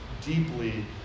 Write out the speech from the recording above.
deeply